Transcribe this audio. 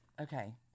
Okay